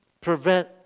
prevent